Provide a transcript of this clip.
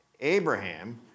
Abraham